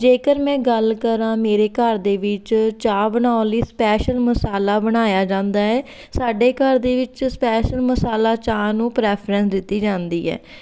ਜੇਕਰ ਮੈਂ ਗੱਲ ਕਰਾਂ ਮੇਰੇ ਘਰ ਦੇ ਵਿੱਚ ਚਾਹ ਬਣਾਉਣ ਲਈ ਸਪੈਸ਼ਲ ਮਸਾਲਾ ਬਣਾਇਆ ਜਾਂਦਾ ਹੈ ਸਾਡੇ ਘਰ ਦੇ ਵਿੱਚ ਸਪੈਸ਼ਲ ਮਸਾਲਾ ਚਾਹ ਨੂੰ ਪ੍ਰੈਫਰੈਂਸ ਦਿੱਤੀ ਜਾਂਦੀ ਹੈ